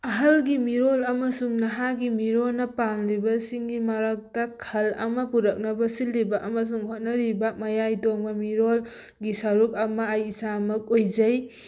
ꯑꯍꯜꯒꯤ ꯃꯤꯔꯣꯜ ꯑꯃꯁꯨꯡ ꯅꯍꯥꯒꯤ ꯃꯤꯔꯣꯟꯅ ꯄꯥꯝꯂꯤꯕꯁꯤꯡꯒꯤ ꯃꯔꯛꯇ ꯈꯜ ꯑꯃ ꯄꯨꯔꯛꯅꯕ ꯁꯤꯜꯂꯤꯕ ꯑꯃꯁꯨꯡ ꯍꯣꯠꯅꯔꯤꯕ ꯃꯌꯥꯏ ꯇꯣꯡꯕ ꯃꯤꯔꯣꯜꯒꯤ ꯁꯔꯨꯛ ꯑꯃ ꯑꯩ ꯏꯁꯥꯃꯛ ꯑꯣꯏꯖꯩ